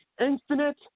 Infinite